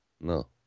no